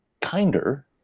kinder